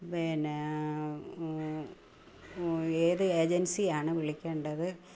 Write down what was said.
പിന്നെ ഏത് ഏജൻസി ആണ് വിളിക്കേണ്ടത്